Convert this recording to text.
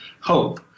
hope